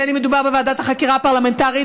בין שמדובר בוועדת החקירה הפרלמנטרית